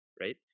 right